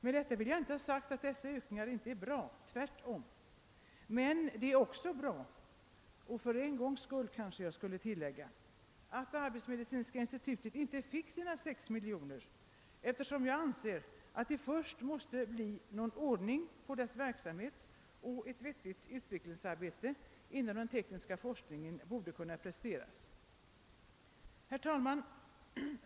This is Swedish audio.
Med detta vill jag inte ha sagt att dessa ökade anslag inte är bra — tvärtom. Men det är också bra — för en gångs skull, kanske jag skulle till lägga — att arbetsmedicinska institutet inte fick sina 6 miljoner, eftersom jag anser att det först måste bli någon ordning på dess verksamhet och att ett vettigt utvecklingsarbete inom den tekniska forskningen först borde ha kunnat presenteras. Herr talman!